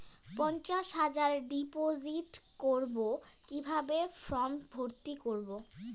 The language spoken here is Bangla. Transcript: পঞ্চাশ হাজার ডিপোজিট করবো কিভাবে ফর্ম ভর্তি করবো?